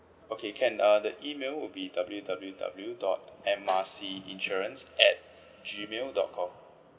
okay can uh the email would be W W W dot M R C insurance at G mail dot com